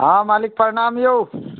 हँ मालिक प्रणाम यौ